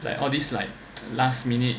like all these like last minute